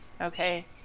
Okay